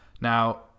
now